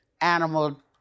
animal